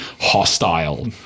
hostile